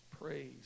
Praise